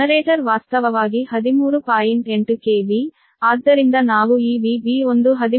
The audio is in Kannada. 8 KV ಆದ್ದರಿಂದ ನಾವು ಈ VB1 13